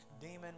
demon